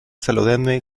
saludándome